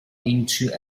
into